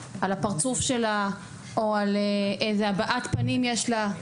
על הפרצוף שלה או על איזה הבעת פנים יש לה,